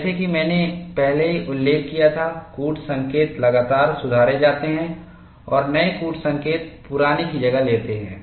जैसा कि मैंने पहले ही उल्लेख किया था कूट संकेत लगातार सुधारे जाते हैं और नए कूट संकेत पुराने की जगह लेते हैं